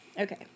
Okay